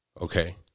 Okay